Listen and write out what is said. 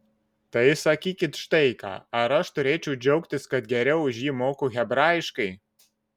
tai sakykit štai ką ar aš turėčiau džiaugtis kad geriau už jį moku hebrajiškai